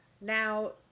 Now